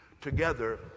together